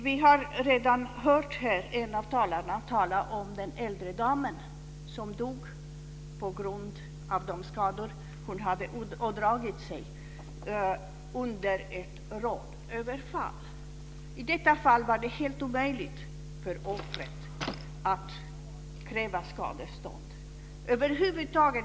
Vi har redan hört en av de tidigare talarna tala om den äldre damen som dog på grund av de skador som hon hade ådragit sig under ett rånöverfall. I detta fall var det helt omöjligt för offret att kräva skadestånd.